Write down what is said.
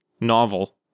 novel